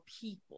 people